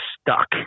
stuck